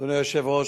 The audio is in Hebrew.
אדוני היושב-ראש,